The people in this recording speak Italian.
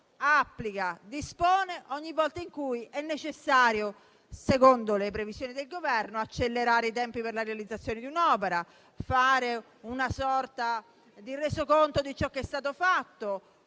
applica e dispone ogni volta in cui è necessario, secondo le sue previsioni, accelerare i tempi per la realizzazione di un'opera, fare una sorta di resoconto di ciò che è stato fatto